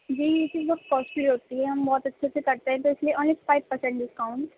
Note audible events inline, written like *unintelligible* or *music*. جی *unintelligible* costly ہوتی ہے ہم بہت اچھے سے کرتے ہیں تو اس لیےاونلی فائیو پرسینٹ ڈسکاؤنٹ